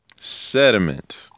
Sediment